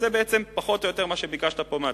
זה פחות או יותר מה שביקשת פה מהציבור.